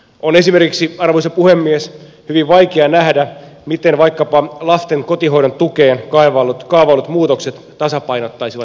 on esimerkiksi arvoisa puhemies hyvin vaikea nähdä miten vaikkapa lasten kotihoidon tukeen kaavaillut muutokset tasapainottaisivat valtiontaloutta